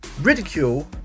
Ridicule